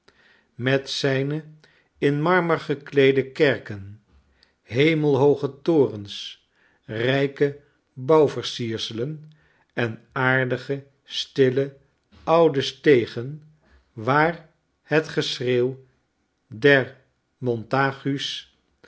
met zijne in marmer gekleede kerken hemelhooge torens rijke bouwversierselen en aardige stille oude stegen waar het geschreeuw der